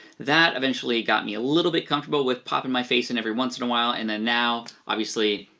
that eventually got me a little bit comfortable with popping my face in every once in a while and then now, obviously,